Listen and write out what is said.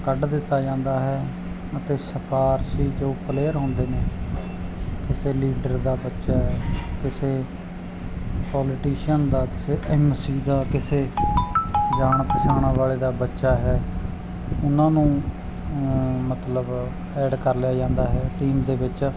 ਕੱਢ ਦਿੱਤਾ ਜਾਂਦਾ ਹੈ ਅਤੇ ਸਿਫਾਰਸ਼ੀ ਜੋ ਪਲੇਅਰ ਹੁੰਦੇ ਨੇ ਕਿਸੇ ਲੀਡਰ ਦਾ ਬੱਚਾ ਕਿਸੇ ਪੋਲੀਟੀਸ਼ੀਅਨ ਦਾ ਕਿਸੇ ਐਮ ਸੀ ਦਾ ਕਿਸੇ ਜਾਣ ਪਛਾਣ ਵਾਲੇ ਦਾ ਬੱਚਾ ਹੈ ਉਹਨਾਂ ਨੂੰ ਮਤਲਬ ਐਡ ਕਰ ਲਿਆ ਜਾਂਦਾ ਹੈ ਟੀਮ ਦੇ ਵਿਚ